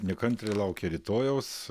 nekantriai laukia rytojaus